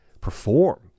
perform